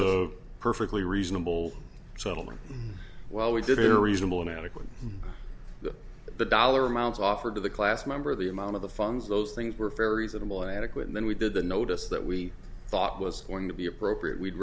of perfectly reasonable settlement well we did hear reasonable inadequate to the dollar amounts offered to the class member of the amount of the funds those things were fairies and will adequate and then we did the notice that we thought was going to be appropriate we'd